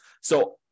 So-